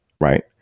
Right